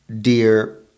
dear